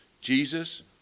Jesus